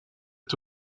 est